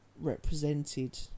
represented